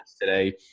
today